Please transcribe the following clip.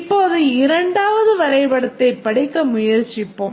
இப்போது இரண்டாவது வரைபடத்தைப் படிக்க முயற்சிப்போம்